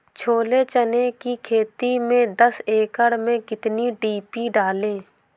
छोले चने की खेती में दस एकड़ में कितनी डी.पी डालें?